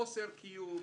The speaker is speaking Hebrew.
חוסר קיום.